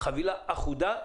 חבילה אחודה,